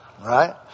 Right